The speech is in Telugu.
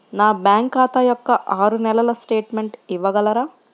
నా బ్యాంకు ఖాతా యొక్క ఆరు నెలల స్టేట్మెంట్ ఇవ్వగలరా?